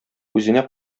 үзенә